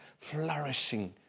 flourishing